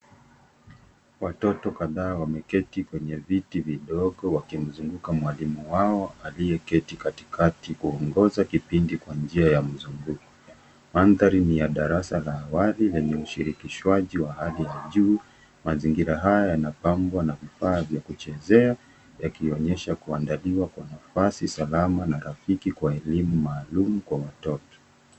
Watoto kadhaa wameketi kwenye viti vidogo wakimzunguka mwalimu wao aliyeketi katikati kuongoza kipindi kwa njia ya mzunguko . Mandhari ni ya darasa la wazi lenye ushirikishwaji wa hali ya juu. Mazingira haya yanapambwa na vifaa vya kuchezea yakionyesha kuandaliwa kwa nafasi salama na rafiki kwa elimu maalum kwa watoto.